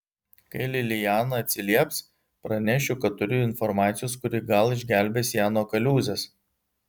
kai liliana atsilieps pranešiu kad turiu informacijos kuri gal išgelbės ją nuo kaliūzės